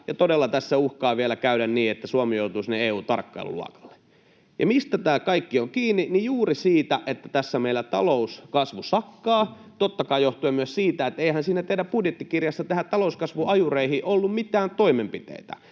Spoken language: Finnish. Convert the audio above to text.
Ja todella tässä uhkaa vielä käydä niin, että Suomi joutuu sinne EU:n tarkkailuluokalle. Ja mistä tämä kaikki on kiinni? Juuri siitä, että tässä meillä talouskasvu sakkaa, ja totta kai se johtuu myös siitä, että eihän siinä teidän budjettikirjassanne näihin talouskasvuajureihin ollut mitään toimenpiteitä.